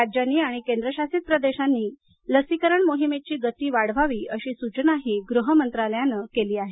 राज्यांनी आणि केंद्रशासित प्रदेशांनी लसीकरण मोहीमेची गती वाढवावी अशी सूचना गृह मंत्रालयानं केली आहे